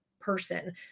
person